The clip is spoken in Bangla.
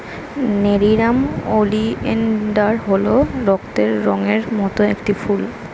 নেরিয়াম ওলিয়েনডার হল রক্তের রঙের মত একটি ফুল